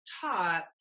taught